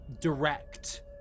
direct